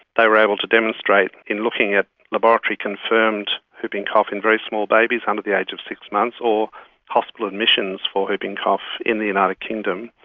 they were able to demonstrate in looking at laboratory confirmed whooping cough in very small babies under the age of six months or hospital admissions for whooping cough in the united kingdom,